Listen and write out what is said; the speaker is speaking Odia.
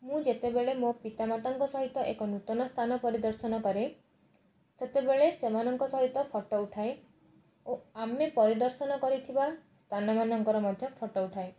ମୁଁ ଯେତେବେଳେ ମୋ ପିତା ମାତାଙ୍କ ସହିତ ଏକ ନୂତନ ସ୍ଥାନ ପରିଦର୍ଶନ କରେ ସେତେବେଳେ ସେମାନଙ୍କ ସହିତ ଫଟୋ ଉଠାଏ ଓ ଆମେ ପରିଦର୍ଶନ କରିଥିବା ସ୍ଥାନ ମାନଙ୍କର ମଧ୍ୟ ଫଟୋ ଉଠାଏ